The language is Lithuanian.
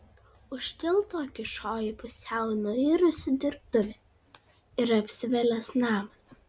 už tilto kyšojo pusiau nuirusi dirbtuvė ir apsvilęs namas